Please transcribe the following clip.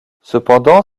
cependant